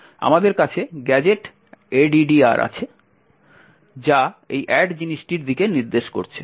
আমাদের কাছে GadgetAddr আছে যা এই অ্যাড জিনিসটির দিকে নির্দেশ করছে